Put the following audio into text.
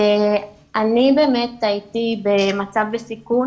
אני באמת הייתי במצב בסיכון